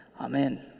Amen